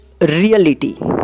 reality